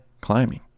climbing